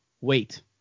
wait